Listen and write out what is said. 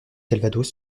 calvados